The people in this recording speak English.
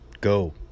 go